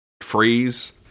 freeze